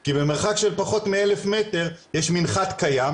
כי במרחק של פחות מ-1,000 מטר יש מנחת קיים,